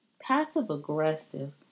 passive-aggressive